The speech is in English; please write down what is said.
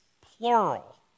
plural